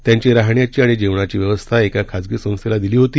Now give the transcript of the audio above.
त्यांची राहण्याची आणि जेवणाची व्यवस्था एका खाजगी संस्थेला दिली होती